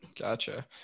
Gotcha